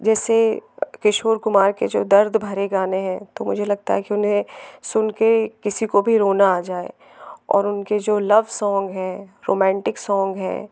जैसे किशोर कुमार जो दर्द भरे गाने हैं तो मुझे लगता है कि उन्हें सुन कर किसी को भी रोना आ जाए और उनके जो लव सॉंग हैं रोमांटिक सॉंग हैं